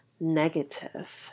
negative